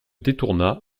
détourna